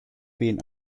been